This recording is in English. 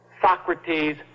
Socrates